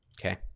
Okay